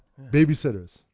Babysitters